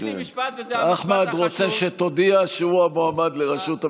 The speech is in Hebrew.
אחמד רוצה שתודיע שהוא המועמד לראשות הממשלה.